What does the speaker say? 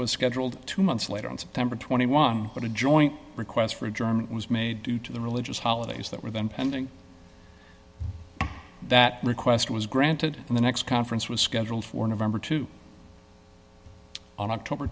was scheduled two months later on september twenty one but a joint request for a german was made do to the religious holidays that were then pending that request was granted and the next conference was scheduled for november two on october